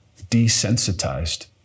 desensitized